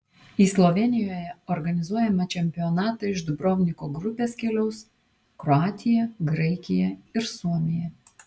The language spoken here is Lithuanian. į slovėnijoje organizuojamą čempionatą iš dubrovniko grupės keliaus kroatija graikija ir suomija